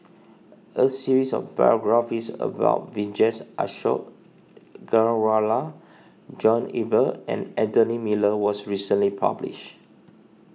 a series of biographies about Vijesh Ashok Ghariwala John Eber and Anthony Miller was recently published